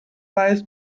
weiß